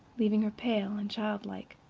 leaving her pale and childlike.